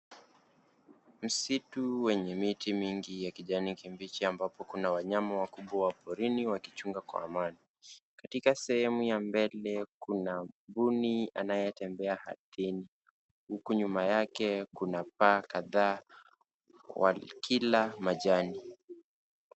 Msitu wenye miti mingi ya kijani kibichi ambapo kuna wanyama wakubwa wa porini wakichunga kwa amani. Katika sehemu ya mbele kuna mbuni anayetembea. Huku nyuma yake kuna paa kadhaa wakila majani.